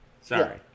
Sorry